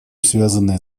связанные